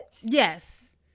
yes